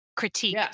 Critique